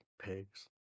pigs